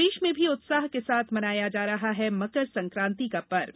प्रदेश में भी उत्साह के साथ मनाया जा रहा है मकर संक्रांति का पर्व